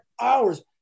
hours